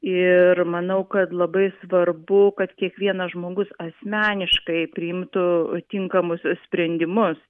ir manau kad labai svarbu kad kiekvienas žmogus asmeniškai priimtų tinkamus sprendimus